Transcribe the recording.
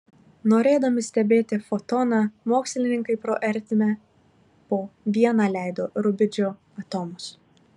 norėdami stebėti fotoną mokslininkai pro ertmę po vieną leido rubidžio atomus